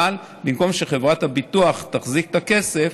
אבל במקום שחברת הביטוח תחזיק את הכסף,